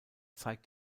zeigt